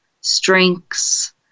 strengths